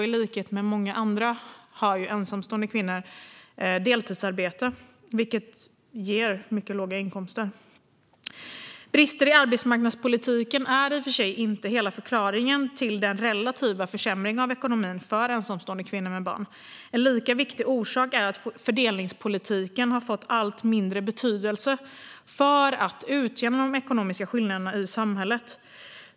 I likhet med många andra har ensamstående kvinnor deltidsarbete, vilket ger mycket låga inkomster. Brister i arbetsmarknadspolitiken är i och för sig inte hela förklaringen till den relativa försämringen av ekonomin för ensamstående kvinnor med barn. En lika viktig orsak är att fördelningspolitiken har fått allt mindre betydelse för att utjämna de ekonomiska skillnaderna i samhället.